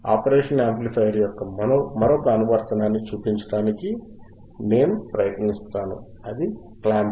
operational amplifier యొక్క మరొక అనువర్తనాన్ని మీకు చూపించడానికి నేను ప్రయత్నిస్తాను అది క్లాంపర్